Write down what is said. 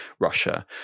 Russia